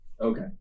Okay